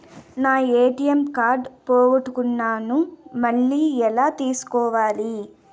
నా ATM card పోగొట్టుకున్నాను, మళ్ళీ ఎలా తీసుకోవాలి?